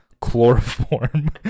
chloroform